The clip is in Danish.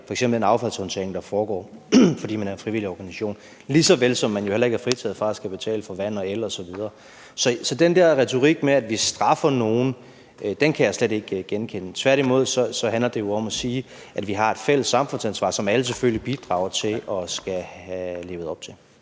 den affaldshåndtering, der foregår, fordi man er en frivillig organisation, lige så vel som man jo heller ikke er fritaget fra at skulle betale for vand og el osv. Så den der retorik med, at vi straffer nogen, kan jeg slet ikke genkende. Tværtimod handler det jo om at sige, at vi har et fælles samfundsansvar, som alle selvfølgelig bidrager til at leve op til.